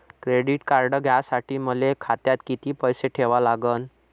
Credit card घ्यासाठी मले खात्यात किती पैसे ठेवा लागन?